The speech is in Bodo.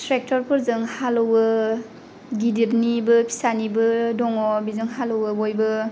ट्रेक्टरफोरजों हालेवो गिदिरनिबो फिसानिबो दङ बिजों हालेवो बयबो